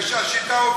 נראה שהשיטה עובדת,